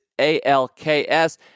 ALKS